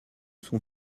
sont